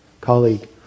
colleague